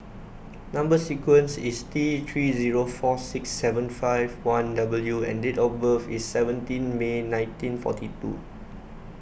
Number Sequence is T three zero four six seven five one W and date of birth is seventeen May nineteen forty two